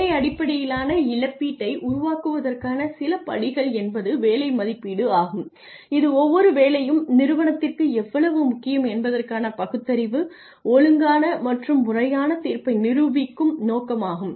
வேலை அடிப்படையிலான இழப்பீட்டை உருவாக்குவதற்கான சில படிகள் என்பது வேலை மதிப்பீடு ஆகும் இது ஒவ்வொரு வேலையும் நிறுவனத்திற்கு எவ்வளவு முக்கியம் என்பதற்கான பகுத்தறிவு ஒழுங்கான மற்றும் முறையான தீர்ப்பை நிரூபிக்கும் நோக்கமாகும்